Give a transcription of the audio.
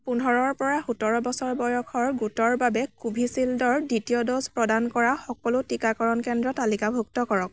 পোন্ধৰৰপৰা সোতৰ বছৰ বয়সৰ গোটৰ বাবে কোভিচিল্ডৰ দ্বিতীয় ড'জ প্ৰদান কৰা সকলো টিকাকৰণ কেন্দ্ৰ তালিকাভুক্ত কৰক